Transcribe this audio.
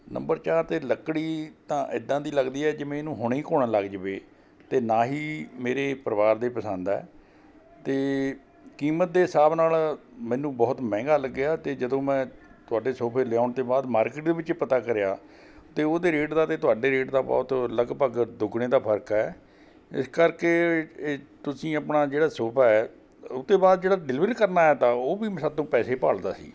number ਚਾਰ 'ਤੇ ਲੱਕੜੀ ਤਾਂ ਇੱਦਾਂ ਦੀ ਲੱਗਦੀ ਹੈ ਜਿਵੇਂ ਇਹਨੂੰ ਹੁਣੇ ਹੀ ਘੋਣਾ ਲੱਗ ਜਾਵੇ ਅਤੇ ਨਾ ਹੀ ਮੇਰੇ ਪਰਿਵਾਰ ਦੇ ਪਸੰਦ ਹੈ ਅਤੇ ਕੀਮਤ ਦੇ ਹਿਸਾਬ ਨਾਲ ਮੈਨੂੰ ਬਹੁਤ ਮਹਿੰਗਾ ਲੱਗਿਆ ਅਤੇ ਜਦੋਂ ਮੈਂ ਤੁਹਾਡੇ ਸੋਫੇ ਲਿਆਉਣ ਤੋਂ ਬਾਅਦ ਮਾਰਕੀਟ ਦੇ ਵਿੱਚ ਪਤਾ ਕਰਿਆ ਅਤੇ ਉਹਦੇ ਰੇਟ ਦਾ ਅਤੇ ਤੁਹਾਡੇ ਰੇਟ ਦਾ ਬਹੁਤ ਲਗਭਗ ਦੁੱਗਣੇ ਦਾ ਫਰਕ ਹੈ ਇਸ ਕਰਕੇ ਇਹ ਤੁਸੀਂ ਆਪਣਾ ਜਿਹੜਾ ਸੋਫਾ ਹੈ ਉਹ ਤੋਂ ਬਾਅਦ ਜਿਹੜਾ ਡਿਲੀਵਰੀ ਕਰਨ ਆਇਆ ਤਾ ਉਹ ਵੀ ਸਾਤੋਂ ਪੈਸੇ ਭਾਲਦਾ ਸੀ